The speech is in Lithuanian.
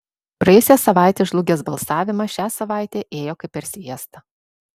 praėjusią savaitę žlugęs balsavimas šią savaitę ėjo kaip per sviestą